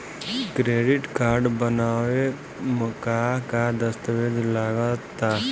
Credit card बनवावे म का का दस्तावेज लगा ता?